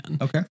okay